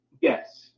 Yes